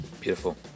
Beautiful